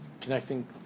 connecting